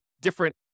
different